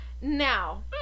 Now